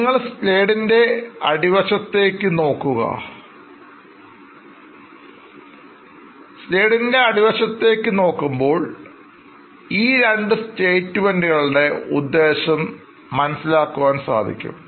നിങ്ങൾ Slide ഇൻറെഅടി വശത്തേക്ക് വശത്തേക്ക് നോക്കുമ്പോൾ ഈ രണ്ടു സ്റ്റേറ്റ്മെൻറ് കളുടെ ഉദ്ദേശം മനസ്സിലാക്കാൻ സാധിക്കും